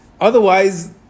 Otherwise